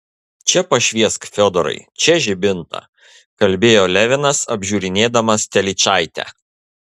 čia pašviesk fiodorai čia žibintą kalbėjo levinas apžiūrinėdamas telyčaitę